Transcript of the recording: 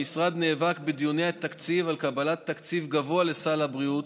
המשרד נאבק בדיוני התקציב על קבלת תקציב גבוה לסל הבריאות,